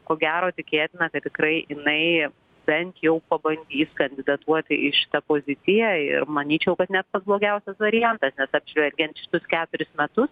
ko gero tikėtina kad tikrai jinai bent jau pabandys kandidatuoti į šitą poziciją ir manyčiau kad ne pats blogiausias variantas nes apžvelgiant šitus keturis metus